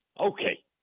Okay